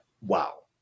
wow